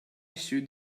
should